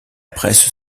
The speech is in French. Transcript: presse